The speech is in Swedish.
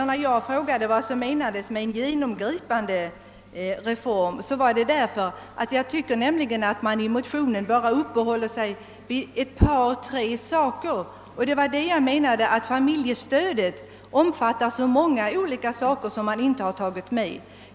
När jag frågade vad som menades med en genomgripande reform var det för att jag tyckte, att man i motionen bara uppehöll sig vid ett par saker, inte såg familjepolitiken i dess helhet. Familjepolitiken omfattar så många olika saker som man inte tagit med.